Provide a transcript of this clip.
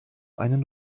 einen